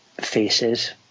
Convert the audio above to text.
faces